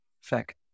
fact